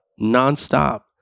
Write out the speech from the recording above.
nonstop